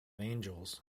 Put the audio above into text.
angels